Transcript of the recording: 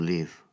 Live